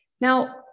Now